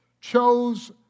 chose